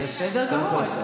בסדר גמור.